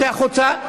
צא החוצה.